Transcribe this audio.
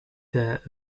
their